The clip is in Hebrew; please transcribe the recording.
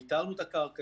איתרנו את הקרקע,